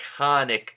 iconic